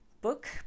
book